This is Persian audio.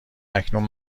اکنون